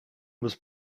was